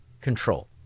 control